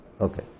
Okay